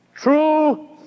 True